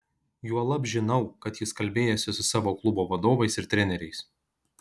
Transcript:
juolab žinau kad jis kalbėjosi su savo klubo vadovais ir treneriais